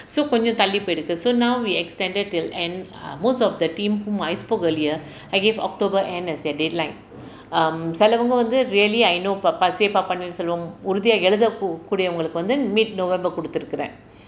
so கொஞ்சம் தள்ளி போயிருக்கு:koncham thalli poyirukku so now we extended till end err most of the team whom I spoke earlier I gave october end as their deadline um சிலவங்க வந்து:silavanga vanthu really I know se pa paneerselvam உறுதியா எழுத கு குடியவங்களுக்கு வந்து:uruthiyaa elutha kudiyavangalukku vanthu middle november கொடுத்திருக்கேன்:koduthirukkaen